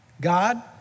God